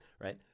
right